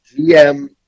GM